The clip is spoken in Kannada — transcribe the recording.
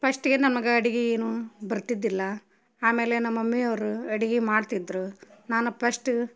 ಪಸ್ಟ್ಗೆ ನಮ್ಗೆ ಅಡ್ಗೆ ಏನೂ ಬರ್ತಿದ್ದಿಲ್ಲ ಆಮೇಲೆ ನಮ್ಮ ಮಮ್ಮಿಯವರು ಅಡ್ಗೆ ಮಾಡ್ತಿದ್ದರು ನಾನು ಪಸ್ಟ